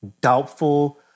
doubtful